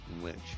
Lynch